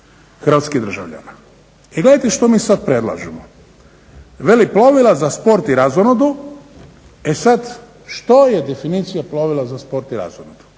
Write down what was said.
hrvatskih državljana. I gledajte što mi sad predlažemo. Veli plovila za sport i razonodu, e sad što je definicija plovila za sport i razonodu?